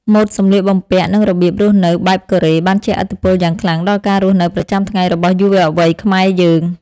ម៉ូដសម្លៀកបំពាក់និងរបៀបរស់នៅបែបកូរ៉េបានជះឥទ្ធិពលយ៉ាងខ្លាំងដល់ការរស់នៅប្រចាំថ្ងៃរបស់យុវវ័យខ្មែរយើង។